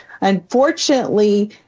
Unfortunately